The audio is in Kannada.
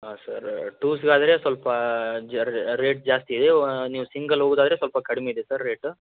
ಹಾಂ ಸರ್ ಟೂಸ್ಗಾದ್ರೆ ಸ್ವಲ್ಪ ಜ ರೇಟ್ ಜಾಸ್ತಿ ಇದೆ ನೀವು ಸಿಂಗಲ್ ಹೋಗೋದಾದ್ರೆ ಸ್ವಲ್ಪ ಕಡಿಮೆ ಇದೆ ಸರ್ ರೇಟ